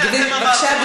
בבקשה,